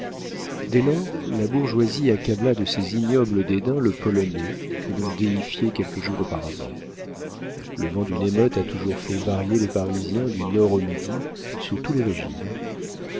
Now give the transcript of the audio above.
dès lors la bourgeoisie accabla de ses ignobles dédains le polonais que l'on déifiait quelques jours auparavant le vent d'une émeute a toujours fait varier les parisiens du nord au midi sous tous les régimes